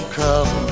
come